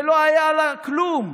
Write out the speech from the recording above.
ולא היה לה כלום.